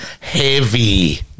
heavy